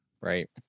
right